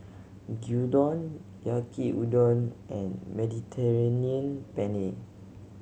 Gyudon Yaki Udon and Mediterranean Penne